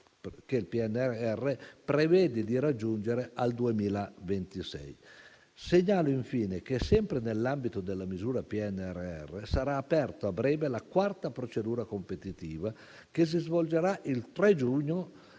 che il PNRR prevede di raggiungere nel 2026. Segnalo infine che, sempre nell'ambito della misura del PNRR, sarà aperta a breve la quarta procedura competitiva, che si svolgerà dal 3 giugno